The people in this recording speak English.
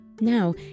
Now